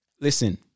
Listen